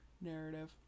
narrative